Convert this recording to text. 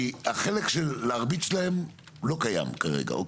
כי החלק להרביץ להם לא קיים כרגע.